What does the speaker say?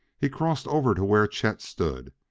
he crossed over to where chet stood.